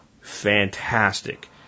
fantastic